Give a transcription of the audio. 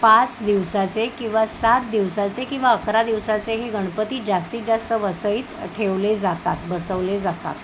पाच दिवसाचे किंवा सात दिवसाचे किंवा अकरा दिवसाचे हे गणपती जास्तीत जास्त वसईत ठेवले जातात बसवले जातात